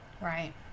Right